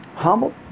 humble